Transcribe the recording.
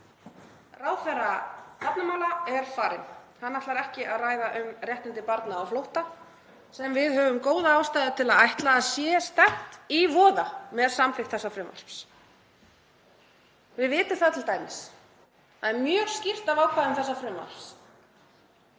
Ráðherra barnamála er farinn. Hann ætlar ekki að ræða um réttindi barna á flótta, sem við höfum góða ástæðu til að ætla að sé stefnt í voða með samþykkt þessa frumvarps. Við vitum það t.d. og það er mjög skýrt af ákvæðum þessa frumvarps